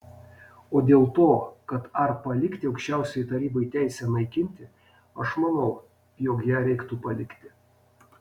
o dėl to kad ar palikti aukščiausiajai tarybai teisę naikinti aš manau jog ją reiktų palikti